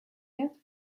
yet